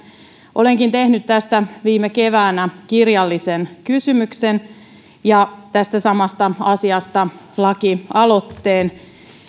olenkin tehnyt tästä viime keväänä kirjallisen kysymyksen ja tästä samasta asiasta lakialoitteen